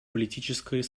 политической